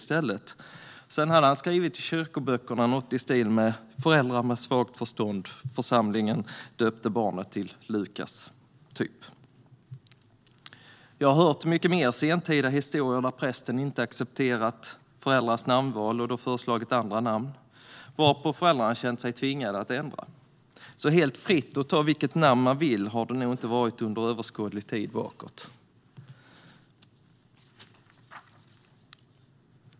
Sedan hade han skrivit i kyrkböckerna något i stil med "Föräldrar med svagt förstånd. Församlingen döpte barnet till Lukas." Jag har hört mer sentida historier där prästen inte har accepterat föräldrarnas namnval och då föreslagit andra namn varpå föräldrarna känt sig tvingade att ändra. Så helt fritt att ta vilket namn man vill har det nog inte varit under överskådlig tid bakåt.